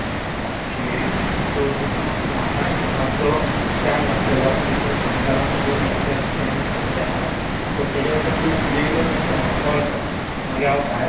okay so तसो न्हूू म्हाकाय न्हू मातसो टायम लागतलो बीकोज म्हाका न्हू आता दोन लॅक्चरां अटॅन्ड बीन करपाचे आसा सो तेज्या उपरांत तूं येयलो न्हू कांय म्हाका कॉल कर मागीर हांव भायर येता